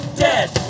Dead